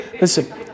Listen